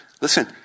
listen